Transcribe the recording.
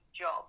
job